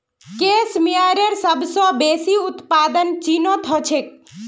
case मेयरेर सबस बेसी उत्पादन चीनत ह छेक